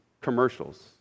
commercials